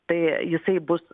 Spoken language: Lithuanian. tai jisai bus